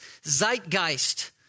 zeitgeist